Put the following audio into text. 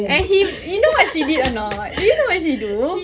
and he you know what she did or not do you know what she do